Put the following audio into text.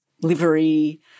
livery